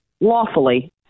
lawfully